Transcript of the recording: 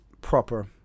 proper